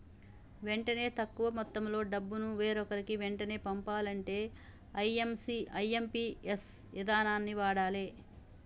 వెంటనే తక్కువ మొత్తంలో డబ్బును వేరొకరికి వెంటనే పంపాలంటే ఐ.ఎమ్.పి.ఎస్ ఇదానాన్ని వాడాలే